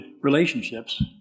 relationships